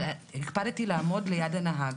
אבל הקפדתי לעמוד ליד הנהג".